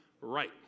Right